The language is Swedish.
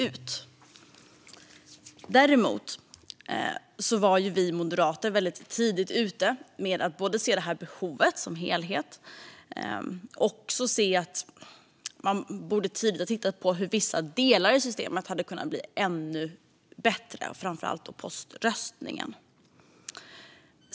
Vi moderater var väldigt tidigt ute med att se detta behov som helhet och att man tidigt borde ha tittat på hur vissa delar i systemet hade kunnat bli ännu bättre, framför allt poströstningen.